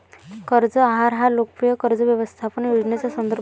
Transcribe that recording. कर्ज आहार हा लोकप्रिय कर्ज व्यवस्थापन योजनेचा संदर्भ देतो